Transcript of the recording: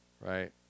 right